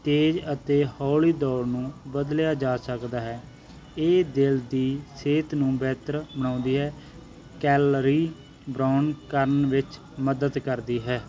ਤੇਜ਼ ਅਤੇ ਹੌਲੀ ਦੌੜ ਨੂੰ ਬਦਲਿਆ ਜਾ ਸਕਦਾ ਹੈ ਇਹ ਦਿਲ ਦੀ ਸਿਹਤ ਨੂੰ ਬਿਹਤਰ ਬਣਾਉਂਦੇ ਹੈ ਕੈਲਰੀ ਬਰੋਨ ਕਰਨ ਵਿੱਚ ਮਦਦ ਕਰਦੀ ਹੈ